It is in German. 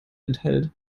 enthält